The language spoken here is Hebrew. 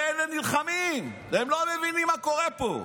ואלה נלחמים ולא מבינים מה קורה פה.